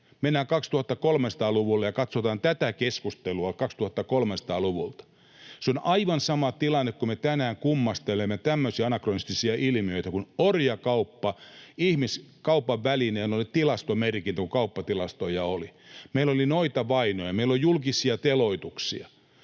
Mennään 2300-luvulle ja katsotaan tätä keskustelua 2300-luvulta. Se on aivan sama tilanne, kun me tänään kummastelemme tämmöisiä anakronistisia ilmiöitä kuin orjakauppa, joka ihmiskaupan välineenä oli tilastomerkintä, kun kauppatilastoja oli. Meillä oli noitavainoja, meillä oli julkisia teloituksia,